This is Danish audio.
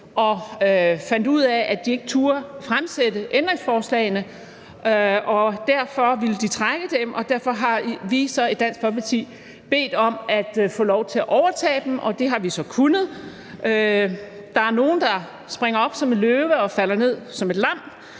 og fandt ud af, at de ikke turde stille ændringsforslagene, og derfor ville de trække dem. Derfor har vi i Dansk Folkeparti så bedt om at få lov til at overtage dem, og det har vi så kunnet. Der er nogle, der springer op som en løve og falder ned som et lam,